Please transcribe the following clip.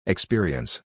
Experience